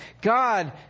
god